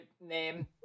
name